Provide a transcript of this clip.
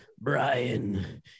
Brian